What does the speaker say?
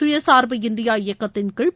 சுயசார்பு இந்தியா இபக்கத்தின்கீழ்